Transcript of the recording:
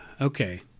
okay